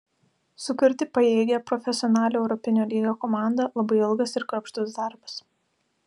sukurti pajėgią profesionalią europinio lygio komandą labai ilgas ir kruopštus darbas